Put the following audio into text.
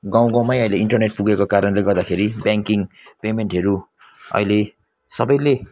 गाउँ गाउँमै अहिले इन्टरनेट पुगेको कारणले गर्दाखेरि ब्याङ्किङ पेमेन्टहरू अहिले सबैले